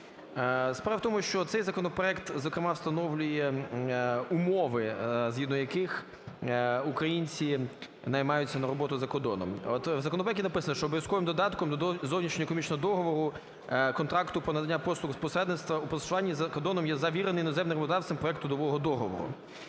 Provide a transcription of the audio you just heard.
Справа в тому, що цей законопроект, зокрема, встановлює умови, згідно яких українці наймаються на роботу за кордоном. От в законопроекті написано, що обов'язковим додатком до зовнішньоекономічного договору, контракту про надання послуг з посередництва у працевлаштуванні за кордоном є завіреним іноземним законодавством проект трудового договору.